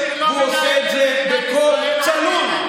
והוא עושה את זה בקול צלול.